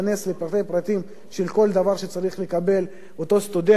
לפרטי-פרטים של כל דבר שצריך לקבל אותו סטודנט,